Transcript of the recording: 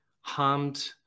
harmed